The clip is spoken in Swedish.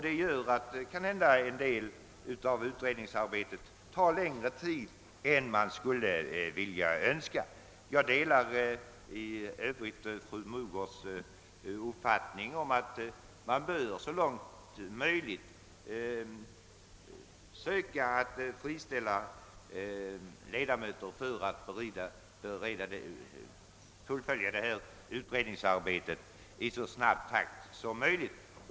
Det gör kanhända att en del utredningsarbete tar längre tid än man skulle önska. Jag delar i övrigt fru Mogårds uppfattning om att man bör i rimlig omfattning söka friställa ledamöterna från andra uppgifter för att fullfölja utredningsarbetet i så snabb takt som möjligt.